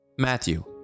Matthew